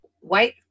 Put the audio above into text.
white